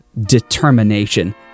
determination